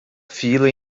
fila